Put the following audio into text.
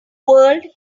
world